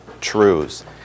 truths